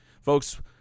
folks